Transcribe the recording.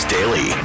Daily